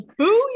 booyah